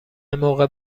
موقع